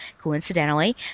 coincidentally